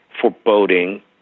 foreboding